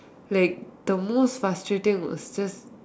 like the most frustrating was just